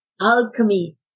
alchemy